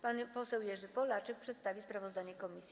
Pan poseł Jerzy Polaczek przedstawi sprawozdanie komisji.